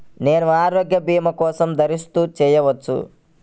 నేను ఆరోగ్య భీమా కోసం దరఖాస్తు చేయవచ్చా?